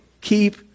Keep